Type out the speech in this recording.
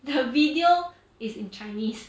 the video is in chinese